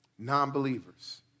Non-believers